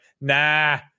nah